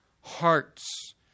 hearts